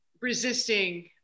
resisting